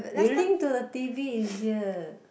you link to the T_V easier